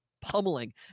pummeling